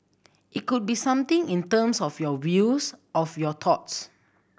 it could be something in terms of your views of your thoughts